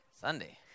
Sunday